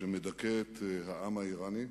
שמדכא את העם האירני.